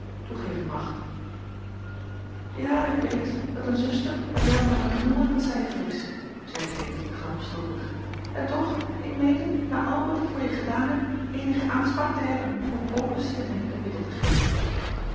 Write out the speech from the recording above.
toegeven mag ja ik weet dat een zuster bij jou maar een nul in t cijfer is zeide leentje gramstorig en toch ik meende na al wat ik voor je gedaan heb eenige aanspraak te hebben om ook een stem in t kapittel te geven